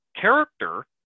character